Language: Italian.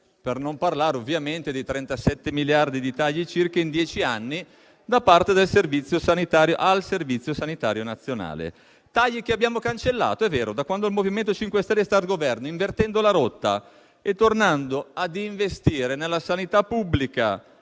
Per non parlare ovviamente dei 37 miliardi di tagli circa operati in dieci anni al Servizio sanitario nazionale, che però abbiamo cancellato - è vero - da quando il MoVimento 5 Stelle sta al Governo, invertendo la rotta e tornando a investire nella sanità pubblica,